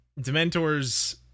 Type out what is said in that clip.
Dementors